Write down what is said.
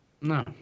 No